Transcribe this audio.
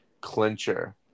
clincher